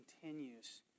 continues